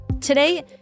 Today